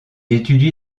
étudie